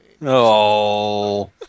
No